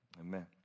Amen